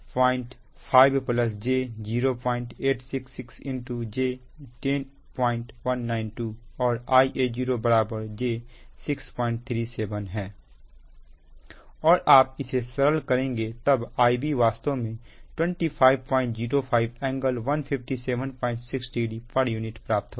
इसलिए 05 j 0866 j 10192 और Ia0 j 637 है और आप इसे सरल करेंगे तब Ib वास्तव में 2505∟15760 pu प्राप्त होगा